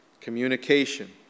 communication